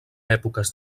èpoques